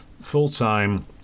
full-time